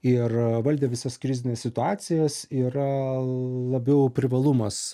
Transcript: ir valdė visas krizines situacijas yra labiau privalumas